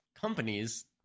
companies